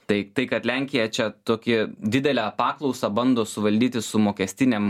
tai tai kad lenkija čia tokią didelę paklausą bando suvaldyti su mokestinėm